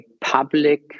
public